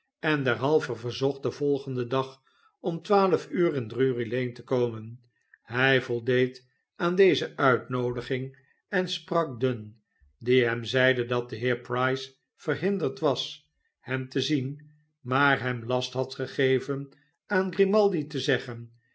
en derhalve verzocht den volgenden dag om twaalf uurin drury-lane te komen hij voldeed aan deze uitnoodiging en sprak dunn die hem zeide dat de heer price verhinderd was hem te zien maar hem last had gegeven aan grimaldi te zeggen